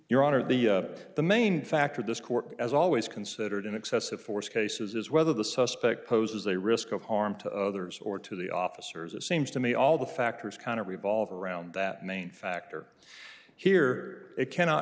your honor the the main factor this court has always considered in excessive force cases is whether the suspect poses a risk of harm to others or to the officers as seems to me all the factors kind of revolve around that main factor here it cannot